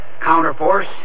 Counterforce